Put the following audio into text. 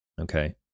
okay